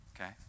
Okay